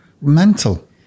Mental